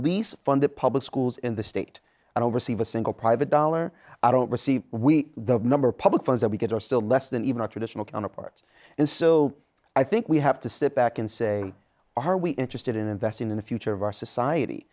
least funded public schools in the state and oversees a single private dollar i don't receive we the number of public funds that we get are still less than even our traditional counterparts and so i think we have to step back and say are we interested in investing in the future of our society